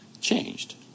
changed